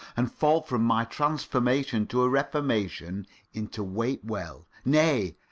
and fall from my transformation to a reformation into waitwell. nay,